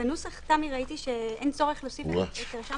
בנוסח ראיתי שאין צורך להוסיף את רשם